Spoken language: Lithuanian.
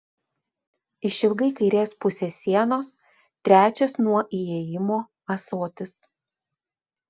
išilgai kairės pusės sienos trečias nuo įėjimo ąsotis